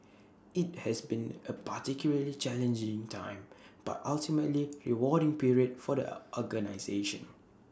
IT has been A particularly challenging time but ultimately rewarding period for the organisation